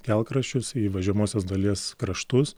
kelkraščius į važiuojamosios dalies kraštus